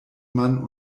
man